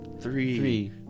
Three